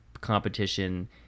competition